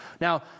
Now